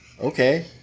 Okay